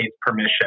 permission